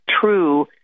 true